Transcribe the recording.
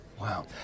Wow